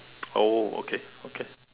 oh okay okay